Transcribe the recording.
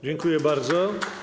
Dziękuję bardzo.